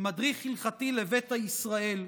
מדריך הלכתי לביתא ישראל",